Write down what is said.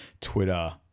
twitter